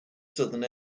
southern